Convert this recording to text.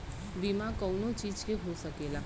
बीमा कउनो चीज के हो सकेला